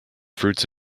fruits